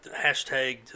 hashtagged